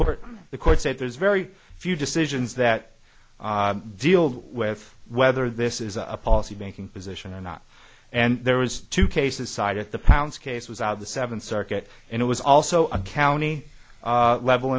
court the court said there's very few decisions that deal with whether this is a policy making position or not and there was two cases side at the pounds cases out of the seventh circuit and it was also a county level